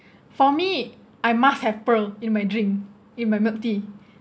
for me I must have pearl in my drink in my milk tea